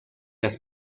las